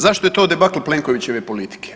Zašto je to debakl Plenkovićeve politike?